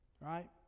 right